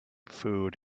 food